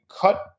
cut